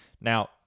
Now